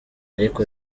ariko